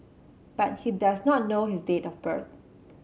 but he does not know his date of birth